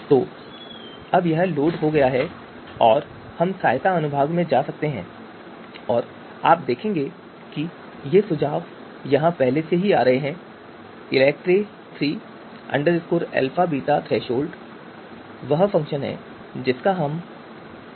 तो अब यह लोड हो गया है और हम सहायता अनुभाग में जा सकते हैं और आप देखेंगे कि ये सुझाव वहां पहले से ही आ रहे हैं Electre3 AlphaBetaThresholds वह फ़ंक्शन है जिसका हम उपयोग करने जा रहे हैं